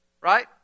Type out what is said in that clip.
Right